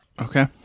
Okay